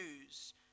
news